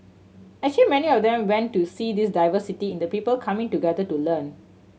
actually many of them want to see this diversity in the people coming together to learn